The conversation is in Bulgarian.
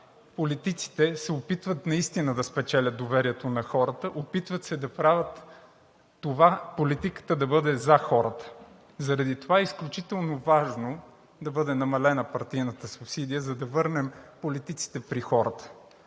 политиците се опитват наистина да спечелят доверието на хората, опитват се да правят политиката да бъде за хората. Заради това е изключително важно да бъде намалена партийната субсидия – за да върнем политиците при хората.